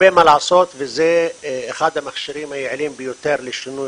וזה אחד המכשירים היעילים ביותר לשינוי,